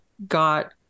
Got